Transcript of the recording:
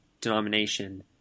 denomination